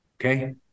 okay